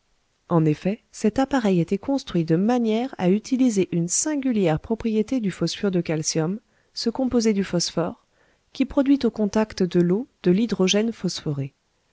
en effet cet appareil était construit de manière à utiliser une singulière propriété du phosphure de calcium ce composé du phosphore qui produit au contact de l'eau de l'hydrogène phosphoré